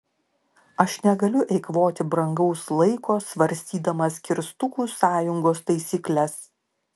aš negaliu eikvoti brangaus laiko svarstydamas kirstukų sąjungos taisykles